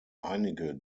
einige